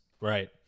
Right